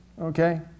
Okay